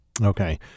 Okay